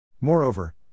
Moreover